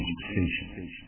station